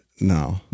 No